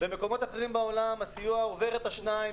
במקומות אחרים בעולם הסיוע עובר את ה-2%,